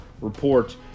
report